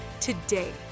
today